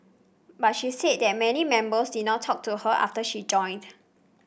but she said that many members did not talk to her after she joined